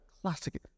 classic